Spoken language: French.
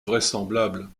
vraisemblable